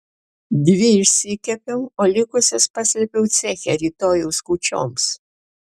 dvi išsikepiau o likusias paslėpiau ceche rytojaus kūčioms